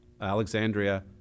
Alexandria